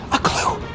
a clue.